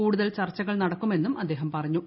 കൂടുതൽ ചർച്ചകൾ നടക്കുമെന്നും അദ്ദേഹം പറഞ്ഞു